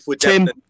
Tim